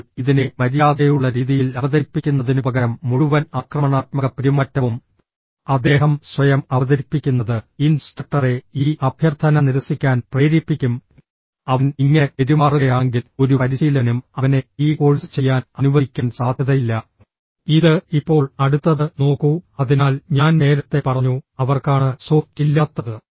അതിനാൽ ഇതിനെ മര്യാദയുള്ള രീതിയിൽ അവതരിപ്പിക്കുന്നതിനുപകരം മുഴുവൻ ആക്രമണാത്മക പെരുമാറ്റവും അദ്ദേഹം സ്വയം അവതരിപ്പിക്കുന്നത് ഇൻസ്ട്രക്ടറെ ഈ അഭ്യർത്ഥന നിരസിക്കാൻ പ്രേരിപ്പിക്കും അവൻ ഇങ്ങനെ പെരുമാറുകയാണെങ്കിൽ ഒരു പരിശീലകനും അവനെ ഈ കോഴ്സ് ചെയ്യാൻ അനുവദിക്കാൻ സാധ്യതയില്ല ഇപ്പോൾ അടുത്തത് നോക്കൂ അതിനാൽ ഞാൻ നേരത്തെ പറഞ്ഞു അവർക്കാണ് സോഫ്റ്റ് ഇല്ലാത്തത്